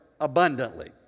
abundantly